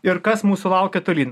ir kas mūsų laukia tolyn